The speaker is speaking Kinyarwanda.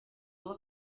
aho